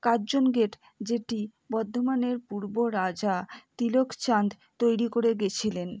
Curzon gate যেটি বর্ধমানের পূর্ব রাজা তিলকচাঁদ তৈরি করে গেছিলেন